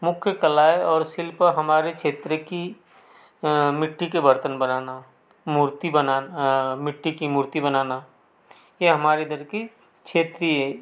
मुख्य कलाएँ और शिल्प हमारे क्षेत्र की मिट्टी के बर्तन बनाना मूर्ति बना मिट्टी की मूर्ति बनाना ये हमारे इधर की क्षेत्रीय